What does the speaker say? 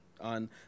on